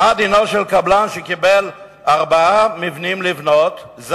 מה דינו של קבלן שקיבל לבנייה ארבעה מבנים,